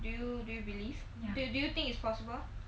do you do you believe do do you think it's possible